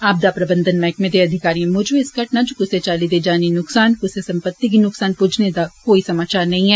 आपदा प्रबंधन मैहकमें दे अधिकारिएं मूजब इस घटना च कुसै चाली दे जानी नुक्सान या कुसै सम्पत्ति गी नुक्सान पुज्जने दा कोई समाचार नेई ऐ